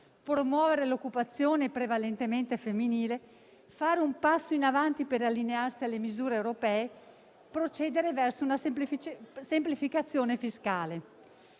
promuovere l'occupazione, prevalentemente femminile, fare un passo in avanti per allinearsi alle misure europee e procedere verso una semplificazione fiscale.